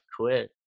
quit